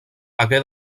hagué